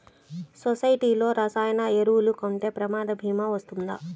సొసైటీలో రసాయన ఎరువులు కొంటే ప్రమాద భీమా వస్తుందా?